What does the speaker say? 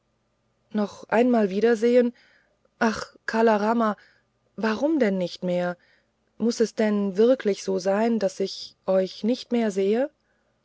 noch einmal wiedersehen ach kala rama warum denn nicht mehr muß es denn wirklich so sein daß ich euch nicht mehr sehe